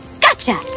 Gotcha